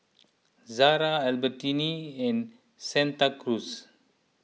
Zara Albertini and Santa Cruz